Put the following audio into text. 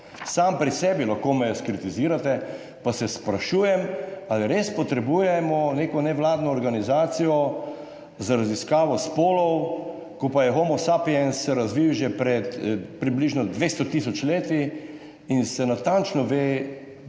sam pri sebi, lahko me kritizirate, pa se sprašujem ali res potrebujemo neko nevladno organizacijo za raziskavo spolov, ko pa je homo sapiens se razvil že pred približno 200 tisoč leti in se natančno ve,